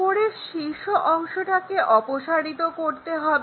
উপরের শীর্ষ অংশটাকে অপসারিত করতে হবে